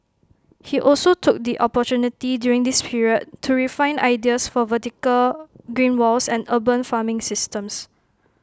he also took the opportunity during this period to refine ideas for vertical green walls and urban farming systems